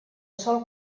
sol